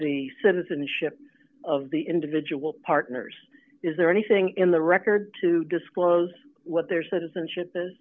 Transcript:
the citizenship of the individual partners is there anything in the record to disclose what their citizenship